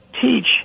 teach